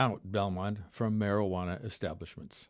out belmont from marijuana establishments